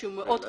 שהוא מאוד חשוב,